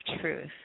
truth